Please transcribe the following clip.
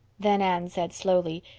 then anne said slowly,